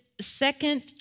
second